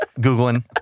Googling